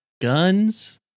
guns